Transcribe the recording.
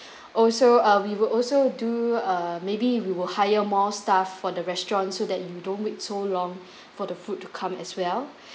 also ah we would also do uh maybe we will hire more staff for the restaurants so that you don't wait so long for the food to come as well